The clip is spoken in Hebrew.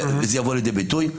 וזה יבוא לידי ביטוי.